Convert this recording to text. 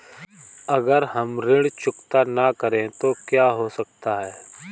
अगर हम ऋण चुकता न करें तो क्या हो सकता है?